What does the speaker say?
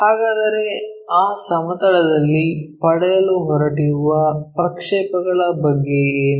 ಹಾಗಾದರೆ ಆ ಸಮತಲದಲ್ಲಿ ಪಡೆಯಲು ಹೊರಟಿರುವ ಪ್ರಕ್ಷೇಪಗಳ ಬಗ್ಗೆ ಏನು